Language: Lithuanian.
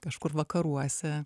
kažkur vakaruose